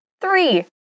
Three